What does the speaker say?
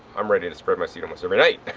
i'm ready to spread my seed almost every night.